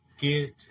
get